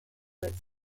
its